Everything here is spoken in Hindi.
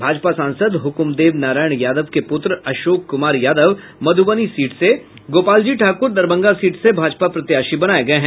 भाजपा सांसद हुक्मदेव नारायण यादव के पुत्र अशोक कुमार यादव मध्रबनी सीट से गोपाल जी ठाक्र दरभंगा सीट से भाजपा प्रत्याशी बनाये गये हैं